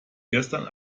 gestern